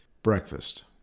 Breakfast